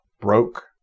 broke